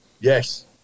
Yes